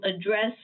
address